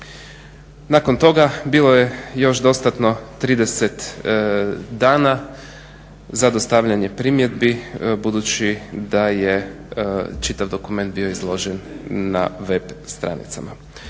Nakon toga bilo je još dostatno 30 dana za dostavljanje primjedbi budući da je čitav dokument bio izložen na web stranicama.